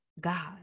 god